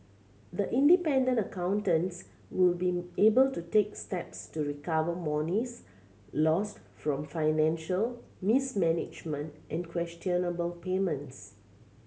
the independent accountants will be able to take steps to recover monies lost from financial mismanagement and questionable payments